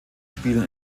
spielen